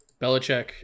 Belichick